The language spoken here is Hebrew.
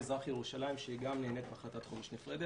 מזרח ירושלים שגם נהנית מהחלטת חומש נפרדת.